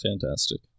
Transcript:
Fantastic